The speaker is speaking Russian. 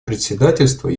председательства